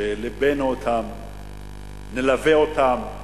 שלבנו אתם, נלווה אותם,